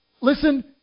listen